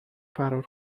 فرار